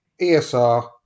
ESR